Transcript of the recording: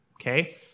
Okay